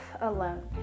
alone